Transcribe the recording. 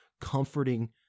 comforting